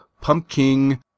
pumpkin